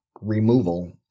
removal